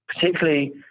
particularly